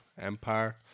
Empire